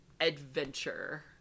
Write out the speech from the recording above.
adventure